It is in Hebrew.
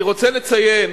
אני רוצה לציין